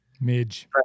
Midge